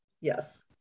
Yes